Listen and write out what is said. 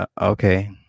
okay